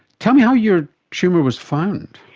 tell me how your tumour was found.